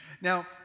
Now